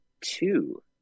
two-